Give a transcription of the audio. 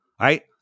right